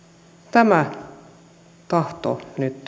tämä tahto nyt puuttuu koska näin